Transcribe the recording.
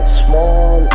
small